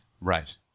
right